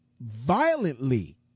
violently